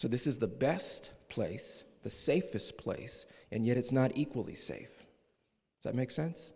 so this is the best place the safest place and yet it's not equally safe that makes sense